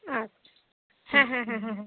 আচ্ছা হ্যাঁ হ্যাঁ হ্যাঁ